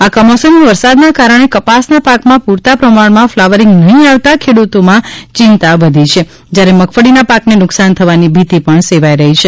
આ કમોસમી વરસાદના કારણે કપાસના પાકમાં પૂરતા પ્રમાણમાં ફ્લાવરિંગ નહીં આવતા ખેડૂતોની ચિંતામાં વધરો થયો છે જ્યારે મગફળીના પાકને નુકસાન થવાની ભીતિ પણ સેવાઈ રહી છે